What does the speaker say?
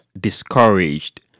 discouraged